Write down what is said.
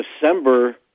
December